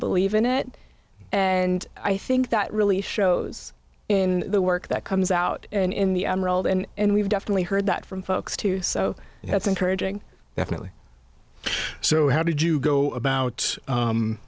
believe in it and i think that really shows in the work that comes out in the world and we've definitely heard that from folks too so that's encouraging definitely so how did you go about